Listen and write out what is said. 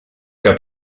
que